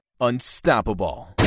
Unstoppable